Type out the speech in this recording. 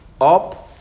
up